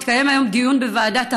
התקיים היום דיון בוועדת הפנים.